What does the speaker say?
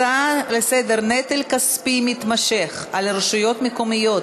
הצעות לסדר-היום: נטל כספי מתמשך על רשויות מקומיות